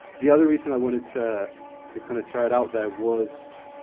the other reason i wanted to to kind of throw it out there was